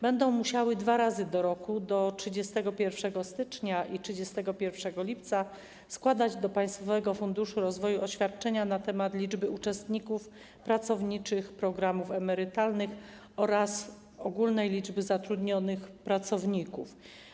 Będą one musiały dwa razy w roku, do 31 stycznia i 31 lipca, składać do Państwowego Funduszu Rozwoju oświadczenia na temat liczby uczestników pracowniczych programów emerytalnych oraz ogólnej liczby zatrudnionych pracowników.